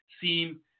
seem